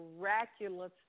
miraculous